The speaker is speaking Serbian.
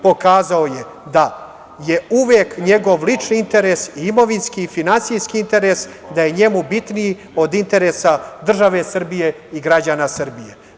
Pokazao je da je uvek njegov lični interes i imovinski i finansijski interes da je njemu bitniji od interesa države Srbije i građana Srbije.